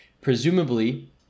Presumably